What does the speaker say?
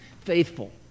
faithful